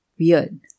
weird